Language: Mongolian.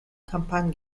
компани